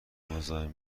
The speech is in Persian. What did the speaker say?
مزاحم